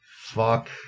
fuck